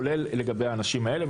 כולל לגבי האנשים האלה.